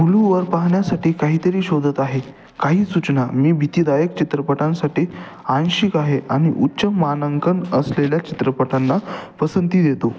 हुलूवर पाहण्यासाठी काहीतरी शोधत आहे काही सूचना मी भीतीदायक चित्रपटांसाठी आंशिक आहे आणि उच्च मानांकन असलेल्या चित्रपटांना पसंती देतो